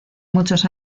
muchos